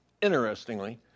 Interestingly